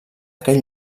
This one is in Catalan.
aquest